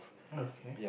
okay